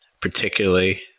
particularly